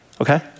okay